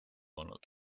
olnud